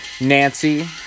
Nancy